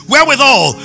Wherewithal